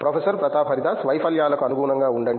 professor Pratap Haridas వైఫల్యాలకు అనుగుణంగా ఉండండి